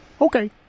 okay